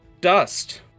Dust